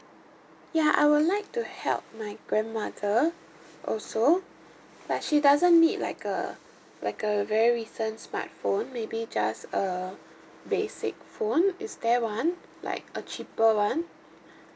ya I would like to help my grandmother also but she doesn't need like uh like a very recent smartphone maybe just a basic phone is there one like a cheaper one